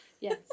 Yes